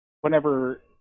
whenever